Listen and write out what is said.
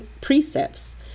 precepts